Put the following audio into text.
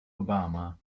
obama